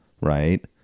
right